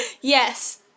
Yes